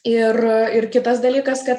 ir ir kitas dalykas kad